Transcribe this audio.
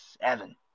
seven